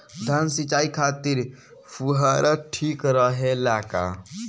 धान सिंचाई खातिर फुहारा ठीक रहे ला का?